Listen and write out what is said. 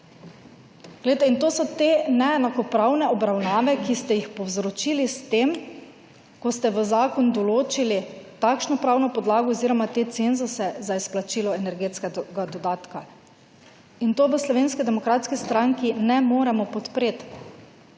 to so te neenakopravne obravnave, ki ste jih povzročili s tem, ko ste v zakon določili takšno pravno podlago oziroma te cenzuse za izplačilo energetskega dodatka. In to v Slovenski demokratski stranki ne moremo podpret,